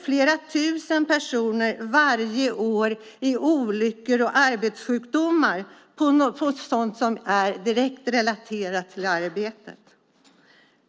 Flera tusen personer dör varje år i olyckor och sjukdomar som är direkt relaterade till arbetet.